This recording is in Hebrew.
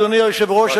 אדוני היושב-ראש,